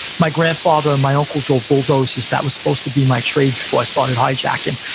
my grandfather and my uncle drove bulldozers. that was supposed to be my trade before i started hijacking.